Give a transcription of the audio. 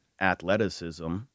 athleticism